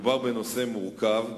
מדובר בנושא מורכב,